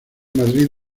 madrid